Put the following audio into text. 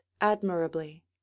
admirably